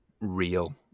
real